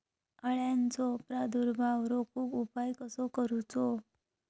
अळ्यांचो प्रादुर्भाव रोखुक उपाय कसो करूचो?